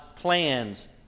plans